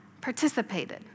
participated